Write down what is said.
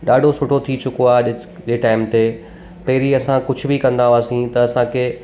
ॾाढो सुठो थी चुको आहे अॼु जे टाइम ते पहिरीं असां कुझु बि कंदा हुआसीं त असांखे